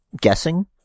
Guessing